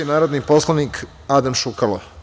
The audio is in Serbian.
narodni poslanik Adam Šukalo.